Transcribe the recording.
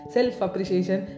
Self-appreciation